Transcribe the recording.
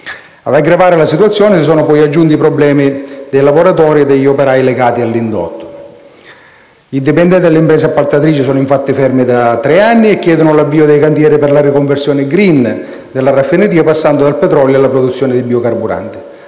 Ad aggravare la situazione si sono aggiunti i problemi lavorativi degli operai legati all'indotto. I dipendenti delle imprese appaltatrici sono infatti fermi da tre anni e chiedono l'avvio dei cantieri per la riconversione *green* della raffineria, passando dal petrolio alla produzione di biocarburanti.